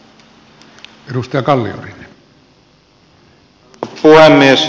arvoisa puhemies